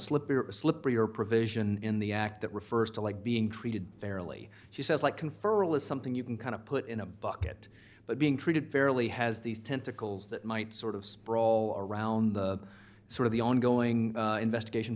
slippery slippery or provision in the act that refers to like being treated fairly she says like conferral is something you can kind of put in a bucket but being treated fairly has these tentacles that might sort of sprawl around the sort of the ongoing investigation